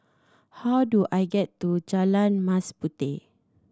how do I get to Jalan Mas Puteh